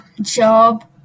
job